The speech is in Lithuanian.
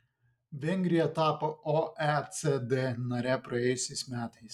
vengrija tapo oecd nare praėjusiais metais